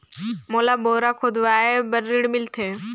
मोला बोरा खोदवाय बार ऋण मिलथे?